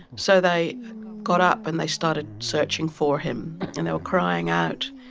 so they got up and they started searching for him and they were crying out,